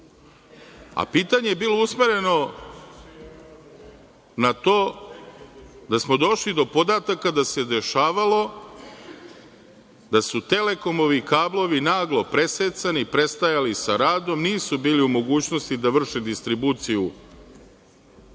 a pitanje je bilo usmereno na to da smo došli do podataka da se dešavalo da su „Telekomovi“ kablovi naglo presecani, prestajali sa radom, nisu bili u mogućnosti da vrše distribuciju